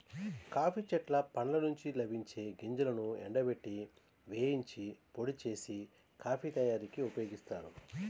coffee చెట్ల పండ్ల నుండి లభించే గింజలను ఎండబెట్టి, వేగించి, పొడి చేసి, కాఫీ తయారీకి ఉపయోగిస్తారు